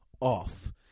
off